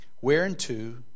whereunto